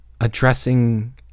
addressing